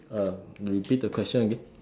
uh repeat the question again